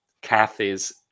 Kathy's